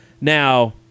Now